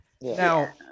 now